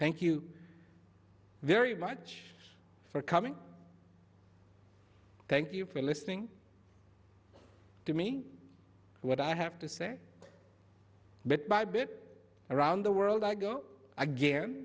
thank you very much for coming thank you for listening to me what i have to say bit by bit around the world i go again